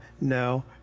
No